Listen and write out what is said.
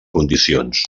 condicions